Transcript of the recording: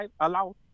allowed